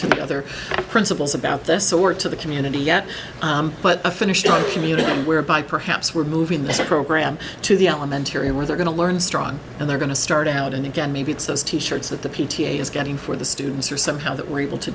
to the other principals about this or to the community yet but a finish up community whereby perhaps we're moving this program to the elementary where they're going to learn strong and they're going to start out and again maybe it's those t shirts that the p t a is getting for the students or somehow that we're able to